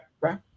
right